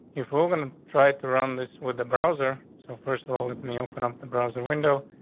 if we're gonna try to run this with the browser, so first of all, let me open up the browser window.